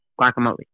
guacamole